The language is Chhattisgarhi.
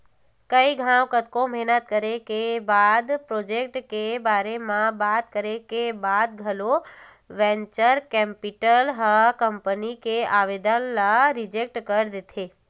कई घांव कतको मेहनत करे के बाद प्रोजेक्ट के बारे म बात करे के बाद घलो वेंचर कैपिटल ह कंपनी के आबेदन ल रिजेक्ट कर देथे